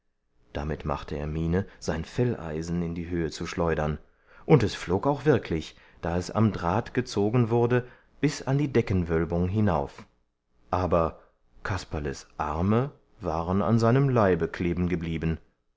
damit machte er miene sein felleisen in die höhe zu schleudern und es flog auch wirklich da es am draht gezogen wurde bis an die deckenwölbung hinauf aber kasperles arme waren an seinem leibe klebengeblieben